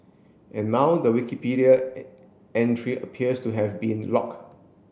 and now the Wikipedia entry appears to have been lock